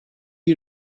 you